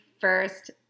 first